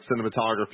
cinematography